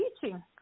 teaching